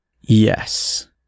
Yes